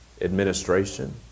administration